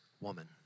woman